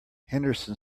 henderson